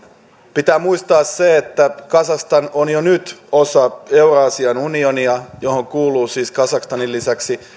pitää muistaa se että kazakstan on jo nyt osa euraasian unionia johon kuuluu siis kazakstanin lisäksi